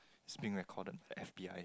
is being recorded by F_B_I